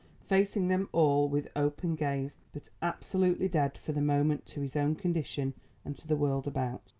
facing them all with open gaze but absolutely dead for the moment to his own condition and to the world about.